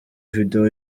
video